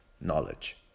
knowledge